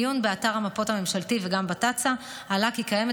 מעיון באתר המפות הממשלתי וגם בתצ"א עלה כי כבר קיימת